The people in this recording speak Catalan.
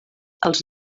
els